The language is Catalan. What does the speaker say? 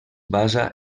basa